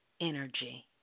energy